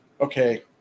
Okay